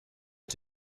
mit